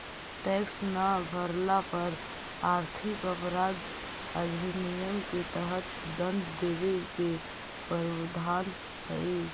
tax न भरला पर आर्थिक अपराध अधिनियम के तहत दंड देवे के प्रावधान हई